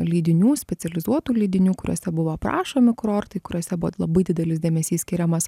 leidinių specializuotų leidinių kuriuose buvo aprašomi kurortai kuriuose buvo labai didelis dėmesys skiriamas